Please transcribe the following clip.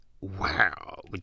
wow